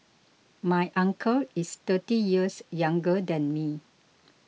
my uncle is thirty years younger than me